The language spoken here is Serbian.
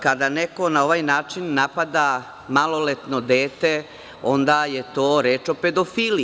Kada neko na ovaj način napada maloletno dete onda je to reč o pedofiliji.